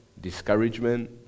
discouragement